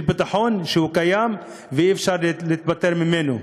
של ביטחון שהוא קיים ואי-אפשר להתפטר ממנו.